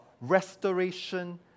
restoration